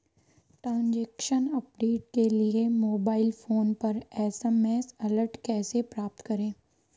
Transaction update के लिए mobile phone पर एस.एम.एस अलर्ट कैसे प्राप्त करें?